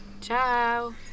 Ciao